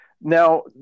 Now